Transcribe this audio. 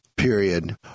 period